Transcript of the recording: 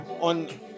on